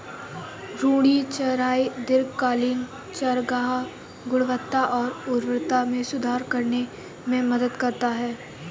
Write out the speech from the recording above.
घूर्णी चराई दीर्घकालिक चारागाह गुणवत्ता और उर्वरता में सुधार करने में मदद कर सकती है